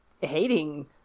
hating